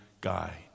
guide